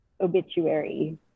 Obituary